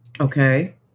Okay